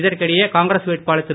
இதற்கிடையே காங்கிரஸ் வேட்பாளர் திரு